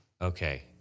Okay